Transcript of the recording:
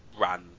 ran